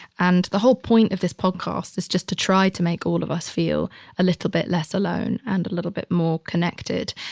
and the whole point of this podcast is just to try to make all of us feel a little bit less alone and a little bit more connected,